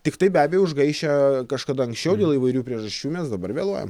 tiktai be abejo užgaišę kažkada anksčiau dėl įvairių priežasčių mes dabar vėluojam